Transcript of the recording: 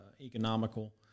economical